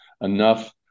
enough